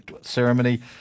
ceremony